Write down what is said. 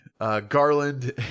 Garland